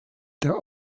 der